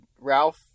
Ralph